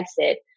exit